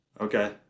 Okay